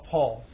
Paul